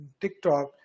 TikTok